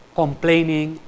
complaining